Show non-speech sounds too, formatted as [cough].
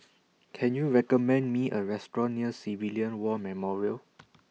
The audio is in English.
[noise] Can YOU recommend Me A Restaurant near Civilian War Memorial